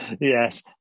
Yes